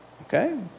Okay